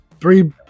three